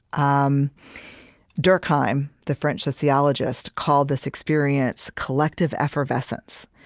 um durkheim, the french sociologist, called this experience collective effervescence.